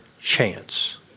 chance